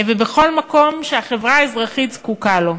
ובכל מקום שהחברה האזרחית זקוקה להם.